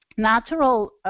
natural